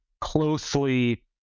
closely